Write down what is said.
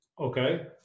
Okay